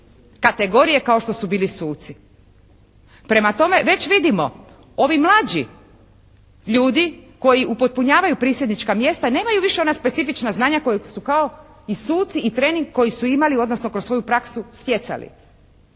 kategorije kao što su bili suci. Prema tome već vidimo, ovi mlađi ljudi koji upotpunjavaju prisjednička mjesta nemaju više ona specifična znanja koja su kao i suci i trening koji su imali, odnosno kroz svoju praksu stjecali.